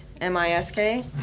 M-I-S-K